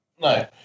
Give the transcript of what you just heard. no